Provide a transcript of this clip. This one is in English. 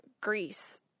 Greece